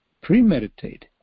premeditate